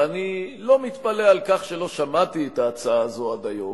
ואני לא מתפלא על כך שלא שמעתי את ההצעה הזאת עד היום,